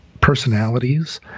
personalities